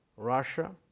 russia,